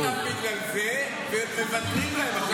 עוצרים אותם בגלל זה ומוותרים להם.